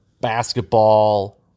basketball